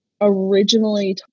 originally